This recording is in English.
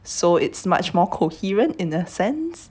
so it's much more coherent in a sense